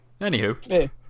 Anywho